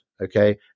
okay